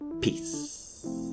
peace